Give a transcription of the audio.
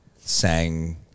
sang